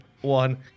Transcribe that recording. one